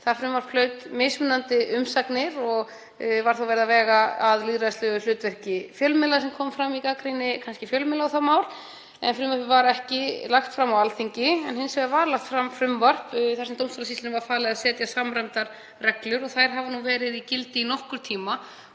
Það frumvarp hlaut mismunandi umsagnir, og var talið vega að lýðræðislegu hlutverki fjölmiðla, sem kom fram í gagnrýni fjölmiðla á það mál. Frumvarpið var ekki lagt fram á Alþingi en hins vegar var lagt fram frumvarp þar sem dómstólasýslunni var falið að setja samræmdar reglur. Þær hafa nú verið í gildi í nokkurn tíma